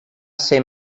ser